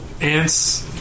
Ants